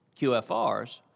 QFRs